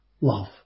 love